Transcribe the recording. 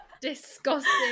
disgusting